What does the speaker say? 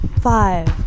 Five